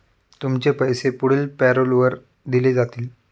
तुमचे पैसे पुढील पॅरोलवर दिले जातील